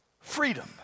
freedom